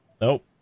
Nope